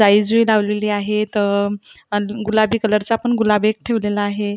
जाईजुई लावलेली आहेत अजून गुलाबी कलरचा एक गुलाब ठेवलेला आहे